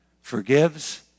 forgives